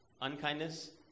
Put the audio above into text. unkindness